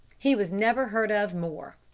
he was never heard of more.